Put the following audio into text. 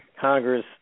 Congress